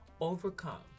overcome